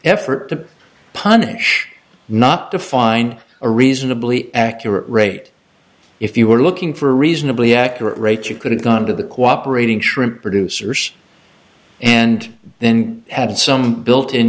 effort to punish not define a reasonably accurate rate if you were looking for a reasonably accurate rate you could have gone to the cooperating shrimp producers and then had some built in